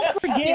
forget